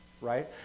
right